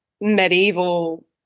medieval